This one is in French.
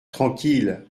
tranquille